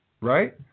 right